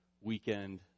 weekend